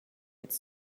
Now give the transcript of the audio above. its